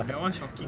that [one] shocking lah